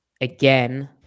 again